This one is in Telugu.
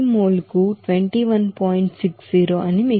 60 అని మీకు తెలుసు